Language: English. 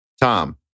Tom